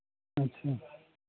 अच्छा